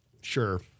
Sure